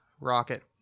Rocket